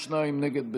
52 נגד,